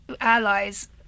allies